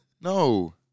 No